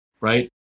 right